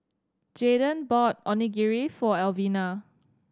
Jaydon bought Onigiri for Elvina